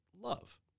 love